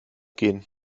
gehen